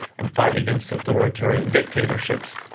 and fight against authoritarian dictatorships.